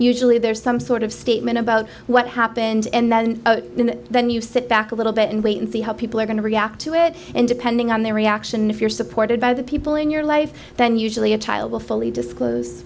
usually there's some sort of statement about what happened and then then you sit back a little bit and wait and see how people are going to react to it and depending on their reaction if you're supported by the people in your life then usually a child will fully disclose